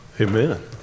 Amen